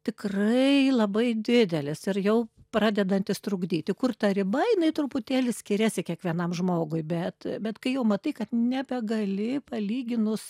tikrai labai didelis ir jau pradedantis trukdyti kur ta riba jinai truputėlį skiriasi kiekvienam žmogui bet bet kai jau matai kad nebegali palyginus